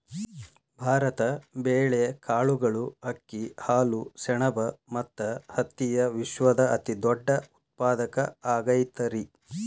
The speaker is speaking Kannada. ಭಾರತ ಬೇಳೆ, ಕಾಳುಗಳು, ಅಕ್ಕಿ, ಹಾಲು, ಸೆಣಬ ಮತ್ತ ಹತ್ತಿಯ ವಿಶ್ವದ ಅತಿದೊಡ್ಡ ಉತ್ಪಾದಕ ಆಗೈತರಿ